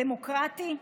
דמוקרטי?